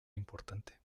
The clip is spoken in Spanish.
importante